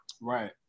Right